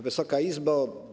Wysoka Izbo!